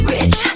Rich